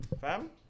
fam